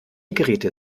geräte